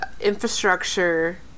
infrastructure